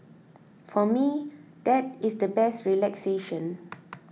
for me that is the best relaxation